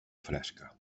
fresca